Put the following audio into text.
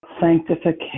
Sanctification